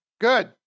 Good